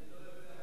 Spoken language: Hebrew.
אני לא יודע.